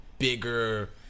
Bigger